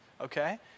Okay